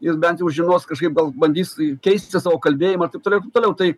jis bent jau žinos kažkaip gal bandys keisite savo kalbėjimą ir taip toliau taip toliau tai